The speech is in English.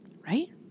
right